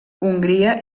hongria